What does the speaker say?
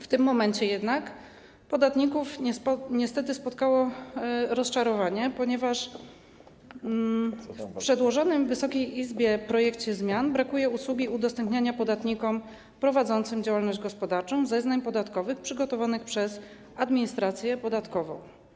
W tym momencie jednak podatników niestety spotkało rozczarowanie, ponieważ w przedłożonym Wysokiej Izbie projekcie zmian brakuje usługi udostępniania podatnikom prowadzącym działalność gospodarczą zeznań podatkowych przygotowanych przez administrację podatkową.